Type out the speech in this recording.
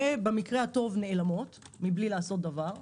ובמקרה הטוב נעלמות מבלי לעשות דבר.